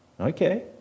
Okay